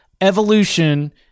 evolution